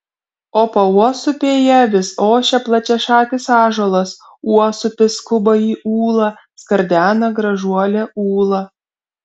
o pauosupėje vis ošia plačiašakis ąžuolas uosupis skuba į ūlą skardena gražuolė ūla